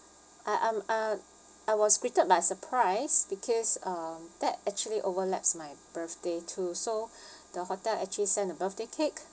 I am uh I was greeted by surprise because um that actually overlaps my birthday too so the hotel actually sent a birthday cake